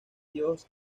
dios